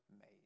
made